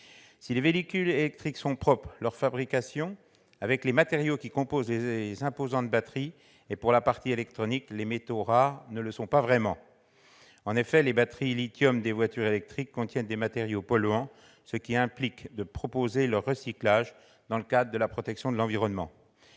Si les véhicules électriques sont propres, leur fabrication, avec les matériaux qui composent les imposantes batteries et les métaux rares de la partie électronique, ne l'est pas vraiment. En effet, les batteries au lithium des voitures électriques contiennent des matériaux polluants, ce qui implique de proposer leur recyclage, dans le cadre de la protection de l'environnement.